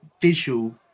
visual